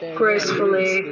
gracefully